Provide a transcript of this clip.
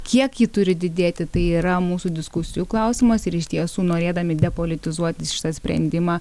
kiek ji turi didėti tai yra mūsų diskusijų klausimas ir iš tiesų norėdami depolitizuoti šitą sprendimą